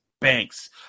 Banks